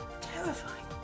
Terrifying